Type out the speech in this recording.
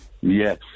yes